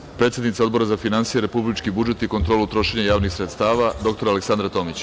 Reč ima predsednica Odbora za finansije, republički budžet i kontrolu trošenja javnih sredstava, dr Aleksandra Tomić.